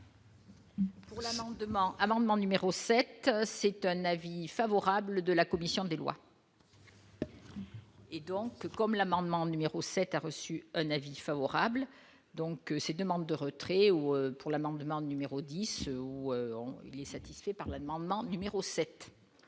amendement numéro 7 c'est un avis favorable de la commission des lois. Et donc, comme l'amendement numéro 7 a reçu un avis favorable donc ces demandes de retrait ou pour l'amendement numéro 10 ou 11 il satisfait par l'amendement numéro 7.